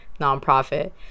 nonprofit